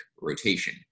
rotation